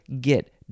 get